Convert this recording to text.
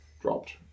dropped